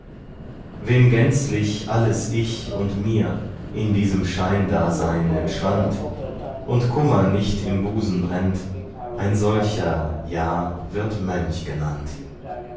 wem gänzlich alles ich und mir in diesem scheindasein entschwand und kummer nicht im busen brennt ein solcher ja wird mönch genannt